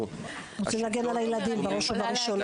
אנחנו צריכים להגן על הילדים בראש ובראשונה.